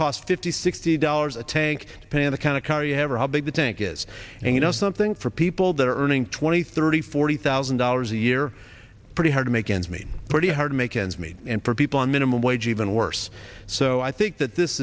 cost fifty sixty dollars a tank to pay in the kind of car you have or how big the tank is and you know something for people that are earning twenty thirty forty thousand dollars a year pretty hard to make ends meet pretty hard to make ends meet and for people on minimum wage even worse so i think that this